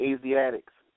Asiatics